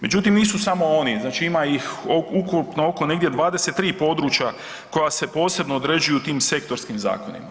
Međutim, nisu samo oni, znači ima ih ukupno oko negdje 23 područja koja se posebno određuju u tim sektorskim zakonima.